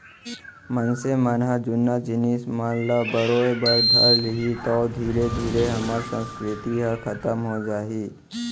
मनसे मन ह जुन्ना जिनिस मन ल बरोय बर धर लिही तौ धीरे धीरे हमर संस्कृति ह खतम हो जाही